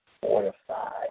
fortified